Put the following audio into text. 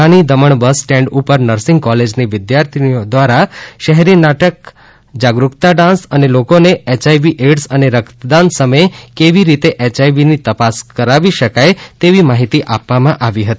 નાની Daman bus stand ઉપર nursing કોલેજની વિદ્યાર્થીનીઓ દ્વારા શહેરી નાટક જાગરૂકતા ડાન્સ અને લોકો ને ઍયઆઈવી ઍઈડસ અને રક્તદાન ની સમય કેવી રીતે ઍયઆઈવી ની તપાસ કરાવી શકાય તેવી માહિતી આપવામાં આવી હતી